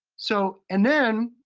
so and then,